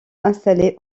installés